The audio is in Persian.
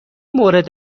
مورد